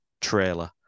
trailer